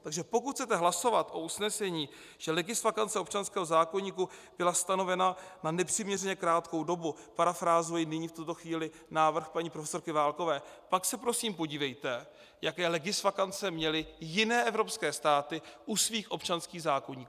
Takže pokud chcete hlasovat o usnesení, že legisvakance občanského zákoníku byla stanovena na nepřiměřeně krátkou dobu, parafrázuji nyní v tuto chvíli návrh paní profesorky Válkové, pak se prosím podívejte, jaké legisvakance měly jiné evropské státy u svých občanských zákoníků.